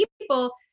people